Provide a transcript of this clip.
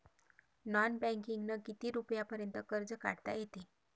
Non बँकिंगनं किती रुपयापर्यंत कर्ज काढता येते?